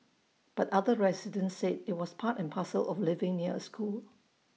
but other residents said IT was part and parcel of living near A school